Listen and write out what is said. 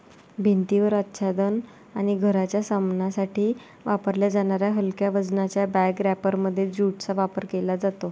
भिंतीवर आच्छादन आणि घराच्या सामानासाठी वापरल्या जाणाऱ्या हलक्या वजनाच्या बॅग रॅपरमध्ये ज्यूटचा वापर केला जातो